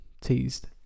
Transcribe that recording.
teased